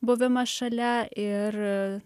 buvimas šalia ir